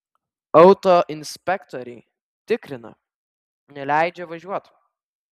autoinspektoriai tikrina neleidžia važiuot